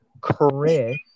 Chris